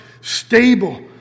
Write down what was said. stable